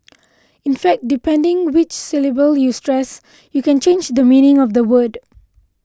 in fact depending which syllable you stress you can change the meaning of a word